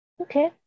okay